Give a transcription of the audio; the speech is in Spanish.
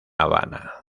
habana